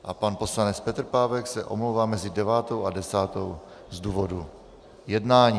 A pan poslanec Petr Pávek se omlouvá mezi devátou a desátou z důvodu jednání.